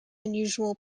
unusual